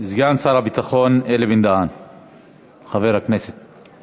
סגן שר הביטחון חבר הכנסת אלי בן-דהן.